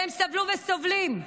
והם סבלו וסובלים.